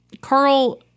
Carl